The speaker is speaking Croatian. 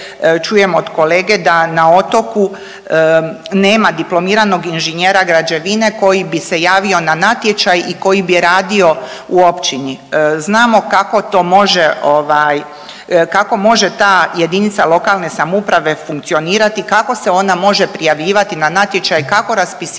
čujem od kolege da na otoku nema diplomiranog inženjera građevina koji bi se javio na natječaj i koji bi radio u općini. Znamo kako to može ovaj kako može ta jedinica lokalne samouprave funkcionirati kako se ona može prijavljivati na natječaj, kako raspisivati